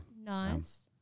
Nice